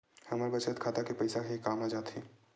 हमर बचत खाता के पईसा हे कामा जाथे?